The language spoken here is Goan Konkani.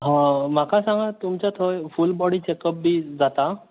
हय म्हाका सांगात तुमच्या थंय फुल बॉडी चॅक अप बिन जातात